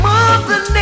Mother